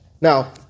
Now